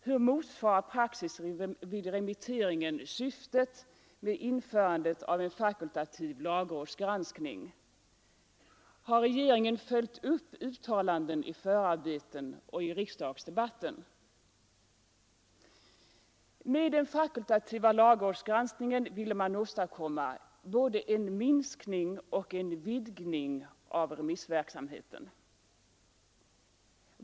Hur motsvarar praxis vid remitteringen syftet med införandet av en fakultativ lagrådsgranskning? Har regeringen följt upp uttalanden i förarbeten och i riksdagsdebatter? Med en fakultativ lagrådsgranskning ville man åstadkomma både en minskning och en vidgning av remissverksamheten.